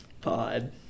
pod